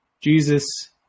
Jesus